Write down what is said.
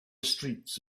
streets